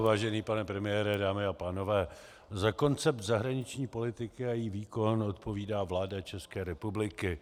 Vážený pane premiére, dámy a pánové, za koncept zahraniční politiky a její výkon odpovídá vláda České republiky.